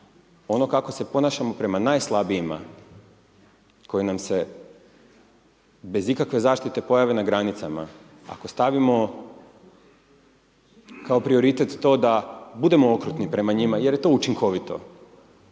ono kako se ponašamo prema najslabijima koji nam se bez ikakve zaštite pojave na granicama, ako stavimo kao prioritet to da budemo okrutni prema njima jer je to učinkovito,